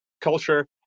culture